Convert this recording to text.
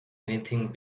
anything